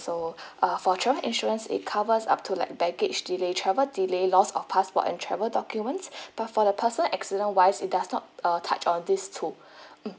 so uh for travel insurance it covers up to like baggage delay travel delay loss of passport and travel documents but for the personal accident wise it does not uh touch on these two mm